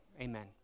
amen